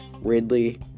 Ridley